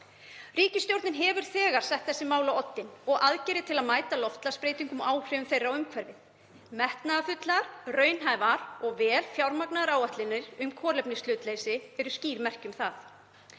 Ríkisstjórnin hefur þegar sett þessi mál á oddinn og aðgerðir til að mæta loftslagsbreytingum og áhrifum þeirra á umhverfið. Metnaðarfullar, raunhæfar og vel fjármagnaðar áætlanir um kolefnishlutleysi eru skýr merki um það.